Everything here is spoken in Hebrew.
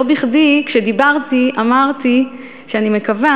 לא בכדי כשדיברתי אמרתי שאני מקווה